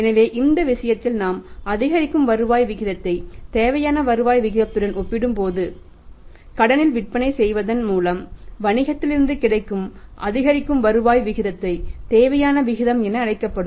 எனவே இந்த விஷயத்தில் நாம் அதிகரிக்கும் வருவாய் விகிதத்தை தேவையான வருவாய் விகிதத்துடன் ஒப்பிட்டுப் பார்க்கும்போது கடனில் விற்பனை செய்வதன் மூலம் வணிகத்திலிருந்து கிடைக்கும் அதிகரிக்கும் வருவாய் விகிதத்தை தேவையான விகிதம் என அழைக்கப்படும்